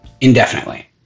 indefinitely